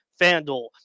FanDuel